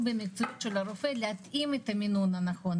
במציאות של הרופא להתאים את המינון הנכון.